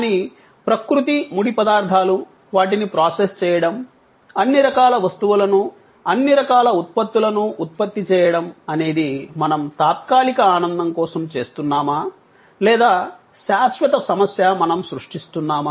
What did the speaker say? కానీ ప్రకృతి ముడి పదార్థాలు వాటిని ప్రాసెస్ చేయడం అన్ని రకాల వస్తువులను అన్ని రకాల ఉత్పత్తులను ఉత్పత్తి చేయడం అనేది మనం తాత్కాలిక ఆనందం కోసం చేస్తున్నామా లేదా శాశ్వత సమస్య మనం సృష్టిస్తున్నామా